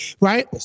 right